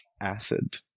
acid